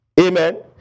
amen